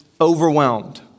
overwhelmed